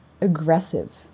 Aggressive